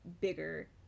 bigger